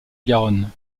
garonne